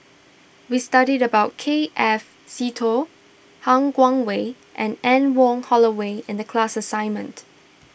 we studied about K F Seetoh Han Guangwei and Anne Wong Holloway in the class assignment